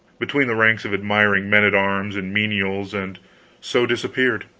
between the ranks of admiring men-at-arms and menials, and so disappeared.